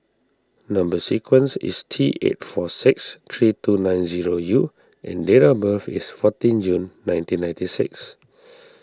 Number Sequence is T eight four six three two nine zero U and date of birth is fourteen June nineteen ninety six